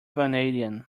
vanadium